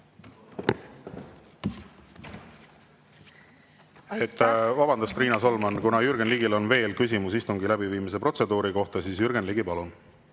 Vabandust, Riina Solman! Kuna Jürgen Ligil on veel küsimusi istungi läbiviimise protseduuri kohta, siis, Jürgen Ligi, palun!